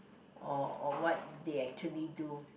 or or what they actually do